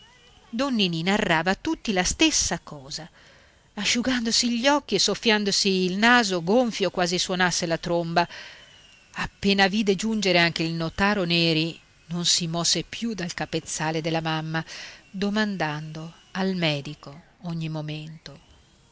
ninì narrava a tutti la stessa cosa asciugandosi gli occhi e soffiandosi il naso gonfio quasi suonasse la tromba appena vide giungere anche il notaro neri non si mosse più dal capezzale della mamma domandando al medico ogni momento